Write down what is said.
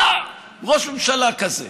היה ראש ממשלה כזה.